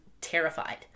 terrified